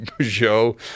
Joe